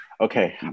Okay